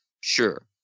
Sure